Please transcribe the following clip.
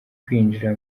kwinjira